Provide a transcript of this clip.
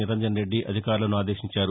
నిరంజన్రెడ్డి అధికారులను ఆదేశించారు